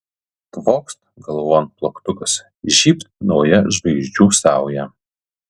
tvokst galvon plaktukas žybt nauja žvaigždžių sauja